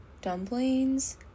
dumplings